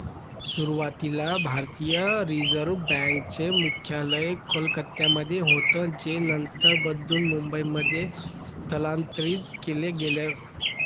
सुरुवातीला भारतीय reserve bank चे मुख्यालय कोलकत्यामध्ये होतं जे नंतर बदलून मुंबईमध्ये स्थलांतरीत केलं गेलं